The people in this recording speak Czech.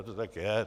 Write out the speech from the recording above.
To tak je.